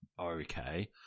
okay